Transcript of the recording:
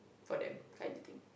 for them find the thing